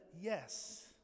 yes